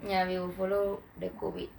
ya we will follow the COVID